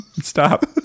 Stop